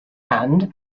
hand